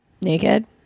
Naked